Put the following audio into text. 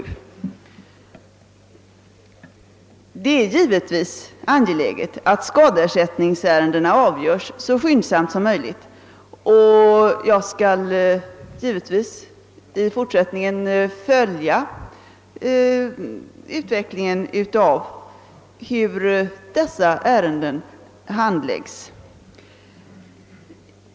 Det är givetvis angeläget att skadeersättningsärendena avgörs så skyndsamt som möjligt, och jag skall naturligtvis i fortsättningen noga följa utvecklingen av ärendenas handläggning.